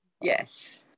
Yes